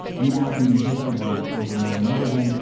and now it can be distributed over and over and over again,